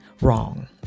wrong